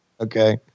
Okay